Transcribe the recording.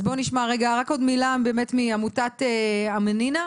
נשמע מילה מעמותת "אמאנינא".